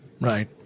Right